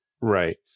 Right